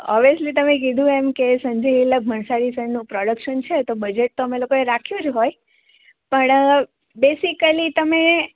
obviously તમને કીધું એમ કે સંજય લીલા ભણસાલી સરનું પ્રોડક્શન છે તો બજેટ અમે લોકોએ રાખ્યું જ હોય પણ બેસિકલી તમે